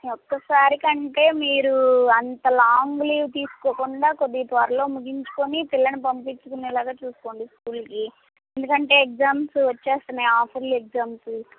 ఈ ఒక్కసారికంటే మీరు అంత లాంగ్ లీవ్ తీసుకోకుండా కొద్దిగా త్వరలో ముగించుకుని పిల్లని పంపించుకునేలాగా చూసుకోండి స్కూల్కి ఎందుకంటే ఎగ్జామ్స్ వచ్చేస్తున్నాయి హాఫ్ ఇయర్లీ ఎగ్జామ్స్